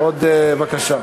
בבקשה.